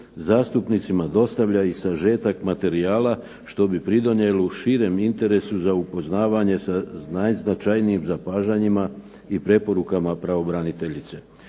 zastupnicima dostavlja i sažetak materijala što bi pridonijelo širem interesu za upoznavanje sa najznačajnijim zapažanjima i preporukama pravobraniteljice.